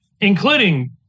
including